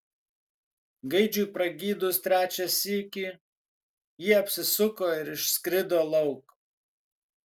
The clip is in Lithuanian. gaidžiui pragydus trečią sykį ji apsisuko ir išskrido lauk